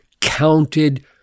counted